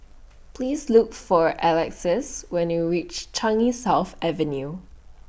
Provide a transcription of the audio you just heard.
Please Look For Alexys when YOU REACH Changi South Avenue